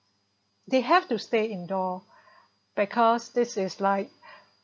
they have to stay indoor because this is like